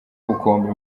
ubukombe